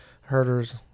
herders